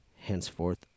henceforth